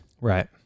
right